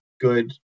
good –